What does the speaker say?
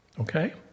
Okay